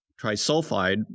trisulfide